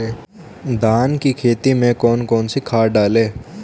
धान की खेती में कौन कौन सी खाद डालें?